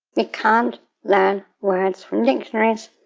we can't learn words from dictionaries.